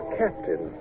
captain